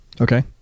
Okay